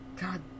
God